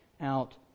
out